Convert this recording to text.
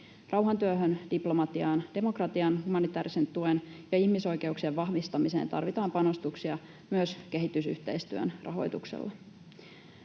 Rauhantyöhön, diplomatiaan, demokratiaan, humanitäärisen tuen ja ihmisoikeuksien vahvistamiseen tarvitaan panostuksia myös kehitysyhteistyön rahoituksella.